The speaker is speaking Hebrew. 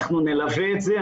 ואנחנו נלווה את זה,